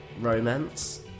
romance